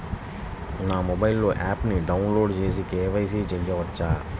నా మొబైల్లో ఆప్ను డౌన్లోడ్ చేసి కే.వై.సి చేయచ్చా?